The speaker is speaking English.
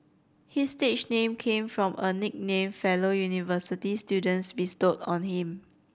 his stage name came from a nickname fellow university students bestowed on him